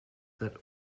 that